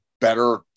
better